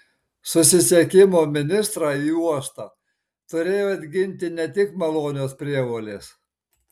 susisiekimo ministrą į uostą turėjo atginti ne tik malonios prievolės